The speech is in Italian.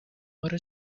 ora